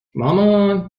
مامان